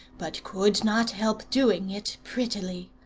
but could not help doing it prettily.